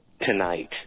tonight